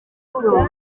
kubyumva